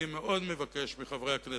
אני מאוד מבקש מחברי הכנסת,